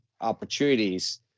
opportunities